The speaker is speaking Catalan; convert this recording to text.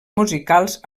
musicals